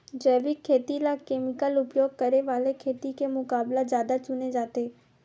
जैविक खेती ला केमिकल उपयोग करे वाले खेती के मुकाबला ज्यादा चुने जाते